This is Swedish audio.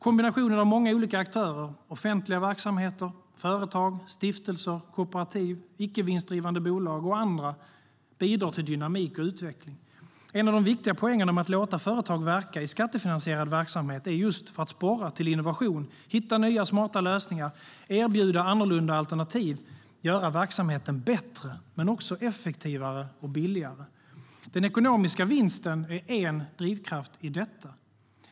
Kombinationen av många olika aktörer - offentliga verksamheter, företag, stiftelser, kooperativ, icke-vinstdrivande bolag och andra - bidrar till dynamik och utveckling. En av de viktiga poängerna med att låta företag verka i skattefinansierad verksamhet är just att sporra till innovation, hitta nya smarta lösningar, erbjuda annorlunda alternativ och göra verksamheten bättre men också effektivare och billigare. Den ekonomiska vinsten är en drivkraft i detta.